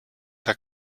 der